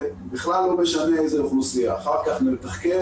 זה בכלל לא משנה איזו אוכלוסייה, אחר כך נתחקר,